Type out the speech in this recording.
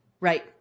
Right